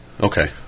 Okay